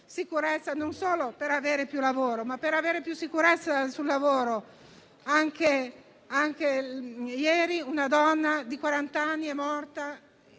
sicurezza non solo di avere più lavoro, ma di avere più sicurezza sul lavoro. Anche ieri una donna di quarant'anni è morta